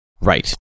right